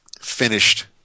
finished